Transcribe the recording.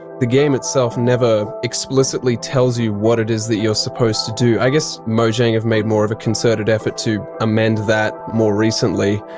the game itself never explicitly tells you what it is that you're supposed to do i guess mojang have made more of a concerted effort to amend that more recently.